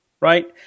right